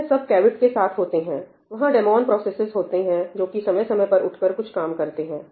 यह सब कैविट के साथ होते हैं वहां डेमोन प्रोसेसस होते हैं जो कि समय समय पर उठकर कुछ काम करते हैं